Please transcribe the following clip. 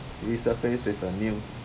resurfaced with the new